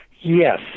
yes